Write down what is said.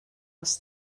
was